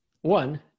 one